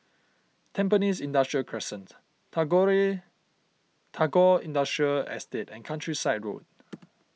Tampines Industrial Crescent Tagore Industrial Estate and Countryside Road